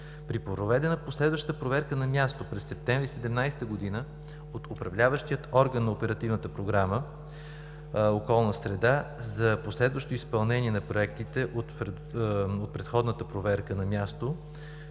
При проведена последваща проверка на място, през месец септември 2017 г., от управляващия орган на Оперативната програма „Околна среда“ за последващо изпълнение на проектите от предходната проверка на място